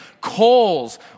coals